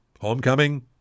homecoming